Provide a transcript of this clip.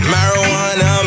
Marijuana